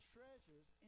Treasures